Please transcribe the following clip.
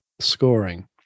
scoring